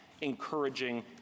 encouraging